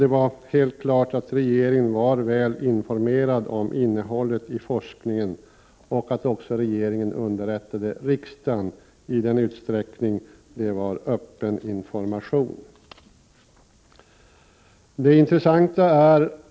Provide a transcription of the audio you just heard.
Det var helt klart att regeringen var väl informerad om innehållet i forskningen och att regeringen också underrättade riksdagen i den utsträckning det var fråga om öppen information.